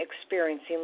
experiencing